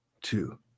two